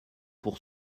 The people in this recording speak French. pour